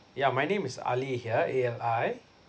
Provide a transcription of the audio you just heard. yeah my name is ali here A L I